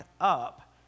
up